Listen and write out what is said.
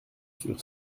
sur